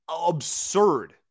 absurd